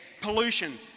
pollution